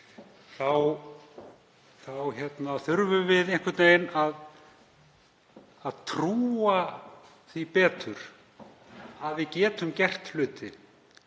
þurfum við einhvern veginn að trúa því betur að við getum gert hluti.